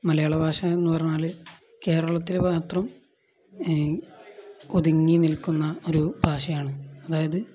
മലയാള ഭാഷ എന്നു പറഞ്ഞാല് കേരളത്തില് മാത്രം ഒതുങ്ങിനിൽക്കുന്ന ഒരു ഭാഷയാണ് അതായത്